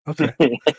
Okay